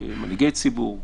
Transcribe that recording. כמנהיגי ציבור,